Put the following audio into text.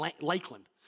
Lakeland